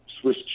Swiss